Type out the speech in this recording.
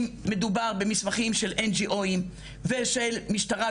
אם מדובר במסמכים של N.G.O ושל משטרה,